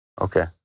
Okay